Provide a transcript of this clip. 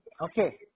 Okay